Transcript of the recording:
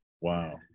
Wow